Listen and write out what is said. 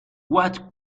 what